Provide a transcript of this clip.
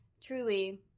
truly